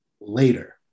later